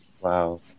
wow